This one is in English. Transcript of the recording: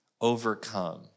overcome